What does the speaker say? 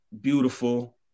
beautiful